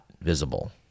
visible